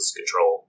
control